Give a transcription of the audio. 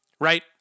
Right